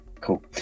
Cool